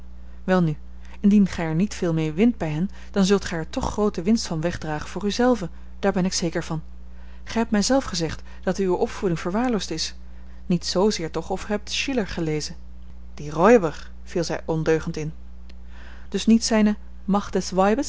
welnu indien gij er niet veel mee wint bij hen dan zult gij er toch groote winst van wegdragen voor u zelve daar ben ik zeker van gij hebt mij zelf gezegd dat uwe opvoeding verwaarloosd is niet z zeer toch of gij hebt schiller gelezen die räuber viel zij ondeugend in dus niet zijne